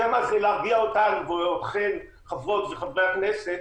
שמא זה להרגיע אותנו, חברות וחברי הכנסת,